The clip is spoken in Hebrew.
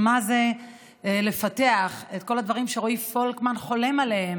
מה זה לפתח את כל הדברים שרועי פולקמן חולם עליהם,